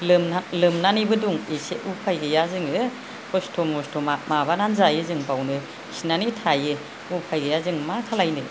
लोमना लोमनानैबो दं दा एसे उफाय गैया जोङो खस्थ' मस्थ' माबानानै जायो जों बावनो खिनानै थायो उफाय गैया जों मा खालामनो